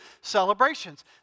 celebrations